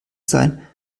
sein